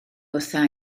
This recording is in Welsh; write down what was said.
wrtha